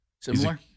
Similar